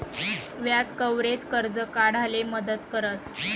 व्याज कव्हरेज, कर्ज काढाले मदत करस